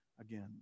again